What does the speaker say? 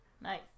Nice